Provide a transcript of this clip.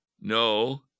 no